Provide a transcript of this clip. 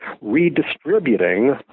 redistributing